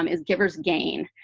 um is givers gain.